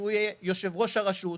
שהוא יהיה יושב-ראש הרשות.